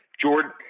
Jordan